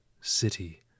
city